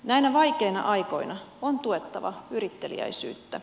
näinä vaikeina aikoina on tuettava yritteliäisyyttä